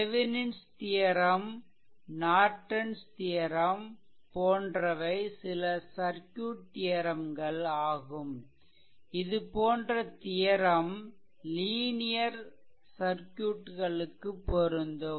Thevenin's theorem theorem Norton's theorem Norton's theorem போன்றவை சில circuit தியெரெம்கள் ஆகும் இதுபோன்ற தியெரெம் லீனியர் சர்க்யூட் களுக்கு பொருந்தும்